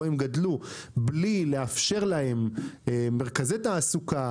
הם גדלו מבלי לאפשר להם מרכזי תעסוקה,